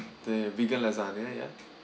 the vegan lasagna ya